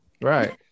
right